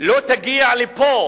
לא תגיע לפה?